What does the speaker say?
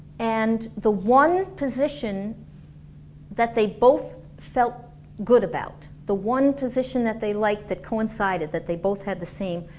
and the one position that they both felt good about, the one position that they liked that coincided, that they both had the same,